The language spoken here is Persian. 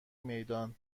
میدان